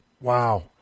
Wow